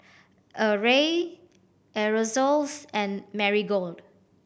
Arai Aerosoles and Marigold